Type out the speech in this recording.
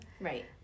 Right